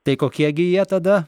tai kokie gi jie tada